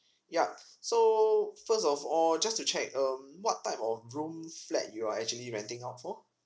yeah so first of all just to check um what type of room flat you are actually renting out for